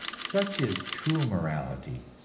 such is true morality,